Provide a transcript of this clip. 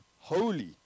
holy